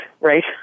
right